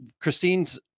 Christine's